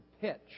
pitch